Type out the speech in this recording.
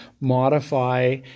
modify